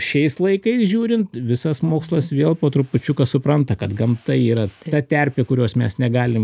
šiais laikais žiūrint visas mokslas vėl po trupučiuką supranta kad gamta yra ta terpė kurios mes negalim